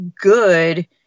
good –